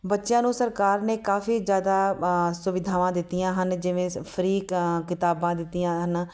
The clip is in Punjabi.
ਬੱਚਿਆਂ ਨੂੰ ਸਰਕਾਰ ਨੇ ਕਾਫ਼ੀ ਜ਼ਿਆਦਾ ਸੁਵਿਧਾਵਾਂ ਦਿੱਤੀਆਂ ਹਨ ਜਿਵੇਂ ਫ੍ਰੀ ਕਿਤਾਬਾਂ ਦਿੱਤੀਆਂ ਹਨ